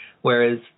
whereas